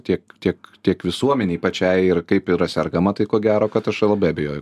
tiek tiek tiek visuomenei pačiai ir kaip yra sergama tai ko gero kad aš labai abejoju